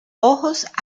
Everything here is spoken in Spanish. ojos